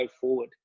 forward